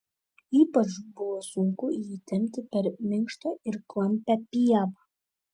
ypač buvo sunku jį tempti per minkštą ir klampią pievą